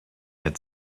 had